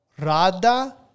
Rada